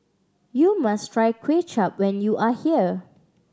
you must try Kway Chap when you are here